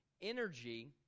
energy